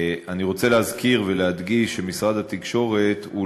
1 2. אני רוצה להזכיר ולהדגיש שמשרד התקשורת הוא